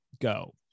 go